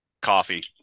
Coffee